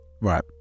Right